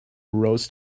rose